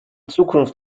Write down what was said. zukunft